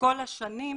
כל השנים,